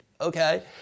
okay